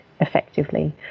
effectively